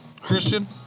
Christian